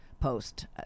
post